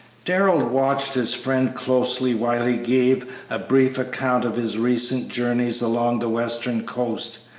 darrell watched his friend closely while he gave a brief account of his recent journeys along the western coast.